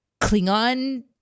Klingon